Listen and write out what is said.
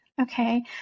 Okay